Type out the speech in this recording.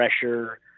pressure